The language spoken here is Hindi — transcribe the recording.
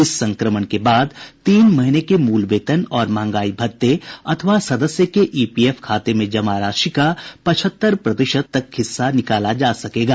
इस संक्रमण के बाद तीन महीने के मूल वेतन और महंगाई भत्ते अथवा सदस्य के ईपीएफ खाते में जमा राशि का पचहत्तर प्रतिशत तक हिस्सा निकाला जा सकेगा